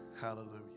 Hallelujah